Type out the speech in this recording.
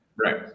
right